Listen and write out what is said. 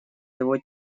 его